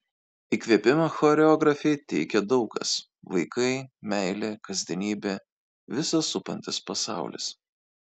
įkvėpimą choreografei teikia daug kas vaikai meilė kasdienybė visas supantis pasaulis